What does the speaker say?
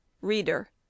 Reader